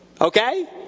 Okay